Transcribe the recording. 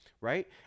Right